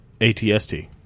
ATST